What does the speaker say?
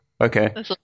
Okay